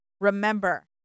Remember